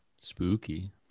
Spooky